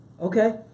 okay